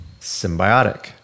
symbiotic